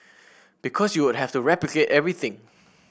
because you would have to replicate everything